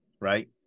Right